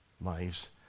lives